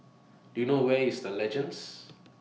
Do YOU know Where IS The Legends